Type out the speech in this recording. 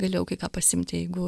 galėjau kai ką pasiimti jeigu